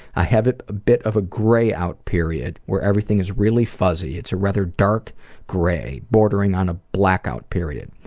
i have a bit of a grey-out period where everything's really fuzzy. it's a rather dark grey, bordering on a blackout period.